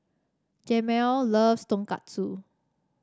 Jamel loves Tonkatsu